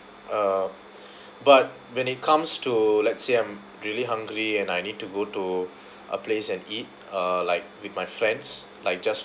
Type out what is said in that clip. uh but when it comes to let's say I'm really hungry and I need to go to a place and eat uh like with my friends like just